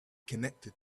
connected